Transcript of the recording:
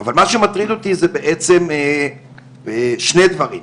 אבל מה שמטריד אותי זה בעצם שני דברים.